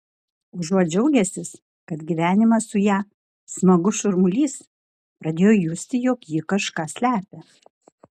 užuot džiaugęsis kad gyvenimas su ja smagus šurmulys pradėjo justi jog ji kažką slepia